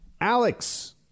Alex